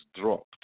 dropped